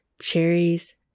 cherries